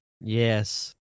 Yes